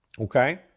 Okay